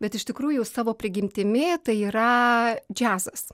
bet iš tikrųjų savo prigimtimi tai yra džiazas